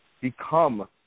become